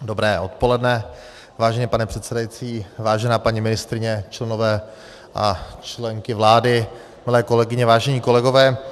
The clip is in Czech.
Dobré odpoledne, vážený pane předsedající, vážená paní ministryně, členové a členky vlády, milé kolegyně, vážení kolegové.